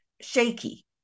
shaky